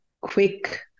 quick